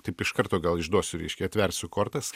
taip iš karto gal išduosiu reiškia atversiu kortas